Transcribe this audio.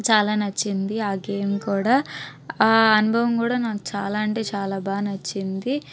చాలా నచ్చింది ఆ గేమ్ కూడా ఆ అనుభవం కూడా నాకు చాలా అంటే చాలా బాగా నచ్చింది